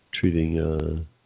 treating